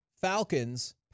Falcons